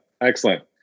Excellent